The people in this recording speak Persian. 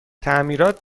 تعمیرات